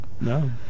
No